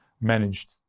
managed